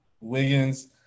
Wiggins